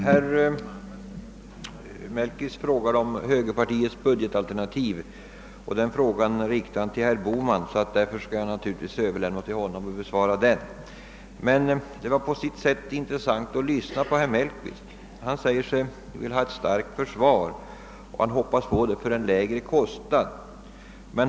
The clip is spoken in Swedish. Herr talman! Herr Mellqvist ställde en fråga om högerpartiets budgetalternativ. Eftersom den riktades till herr Bohman skall jag naturligtvis överlämna till honom att besvara den. Det var dock på sitt sätt intressant att lyssna till herr Mellqvists inlägg. Han säger sig vilja ha ett starkt försvar, och han hoppas få det för en lägre kostnad.